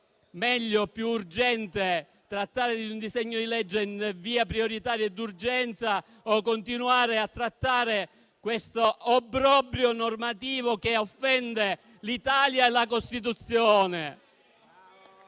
per loro è più urgente trattare un disegno di legge in via prioritaria e d'urgenza o continuare a trattare questo obbrobrio normativo, che offende l'Italia e la Costituzione.